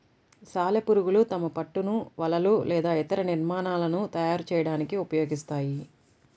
సాలెపురుగులు తమ పట్టును వలలు లేదా ఇతర నిర్మాణాలను తయారు చేయడానికి ఉపయోగిస్తాయి